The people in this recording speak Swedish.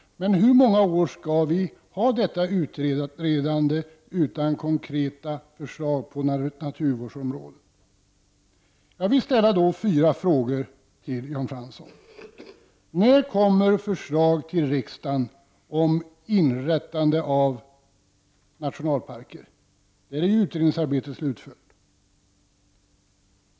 Men hur många år skall vi ha detta utredande utan konkreta förslag på naturvårdsområdet? Jag vill ställa fyra frågor till Jan Fransson: 1. När kommer förslag till riksdagen om inrättande av nationalparker? När är utredningsarbetet slutfört? 2.